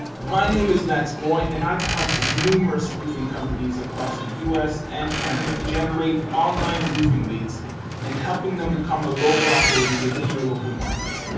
my name is mats moy, and i've helped numerous roofing companies across the us and canada generate online roofing leads and helping them become a local authority within their local markets.